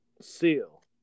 Seal